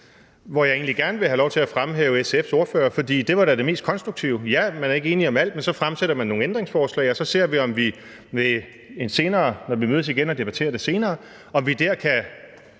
egentlig gerne vil have lov til at fremhæve SF's ordfører, for det var da det mest konstruktive. Ja, man er ikke enige om alt, men så fremsætter man nogle ændringsforslag, og så ser vi, om vi, når vi